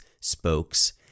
spokes